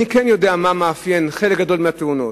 אני יודע מה מאפיין חלק גדול מהתאונות.